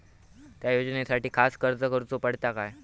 त्या योजनासाठी खास अर्ज करूचो पडता काय?